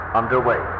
underway